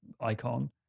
icon